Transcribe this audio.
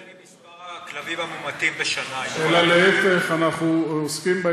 זה לא מסתדר עם מספר הכלבים המומתים בשנה, עם כל